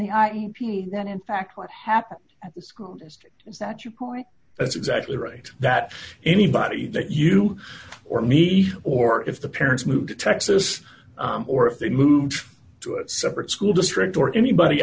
the i e p that in fact what happened at the school district is that you point that's exactly right that anybody that you or me or if the parents moved to texas or if they moved to a separate school district or anybody